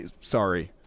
sorry